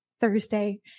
Thursday